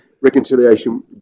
reconciliation